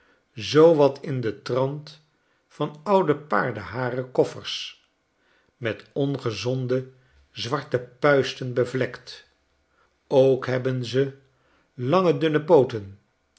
zoo wat in dentrant van oude paardenharen koffers met ongezonde zwarte puisten bevlekt ook hebben ze lange dunne pooten